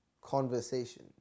conversation